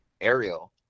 Ariel